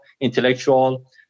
intellectual